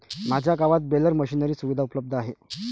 माझ्या गावात baler machinery सुविधा उपलब्ध आहे